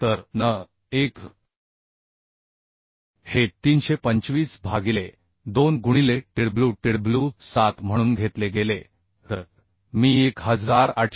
तर n1 हे 325 भागिले 2 गुणिले TwTw 7 म्हणून घेतले गेले तर मी 1837